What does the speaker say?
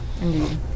Indeed